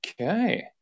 Okay